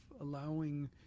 allowing